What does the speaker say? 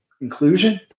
inclusion